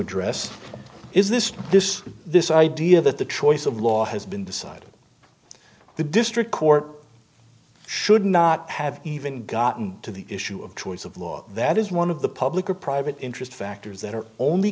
address is this this this idea that the choice of law has been decided the district court should not have even gotten to the issue of choice of law that is one of the public or private interest factors that are only